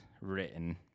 written